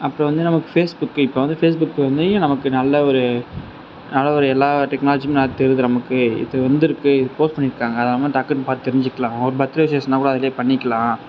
அப்பறம் வந்து நமக்கு ஃபேஸ் புக்கு இப்போ வந்து ஃபேஸ் புக்கில் நமக்கு நல்ல ஒரு எல்லா டெக்னாலஜியும் நல்லா தெரியுது நமக்கு இது வந்துருக்குது போஸ்ட் பண்ணியிருக்காங்க அது எல்லாமே டக்குன்னு பார்த்து தெரிஞ்சிக்கலாம் ஒரு பர்த் டே விஸ்சஸ்னால் கூட அதுலேயே பண்ணிக்கலாம்